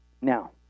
Now